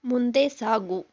ಮುಂದೆ ಸಾಗು